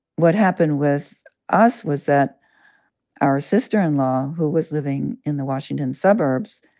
what happened with us was that our sister-in-law, who was living in the washington suburbs,